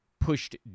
pushed